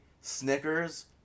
snickers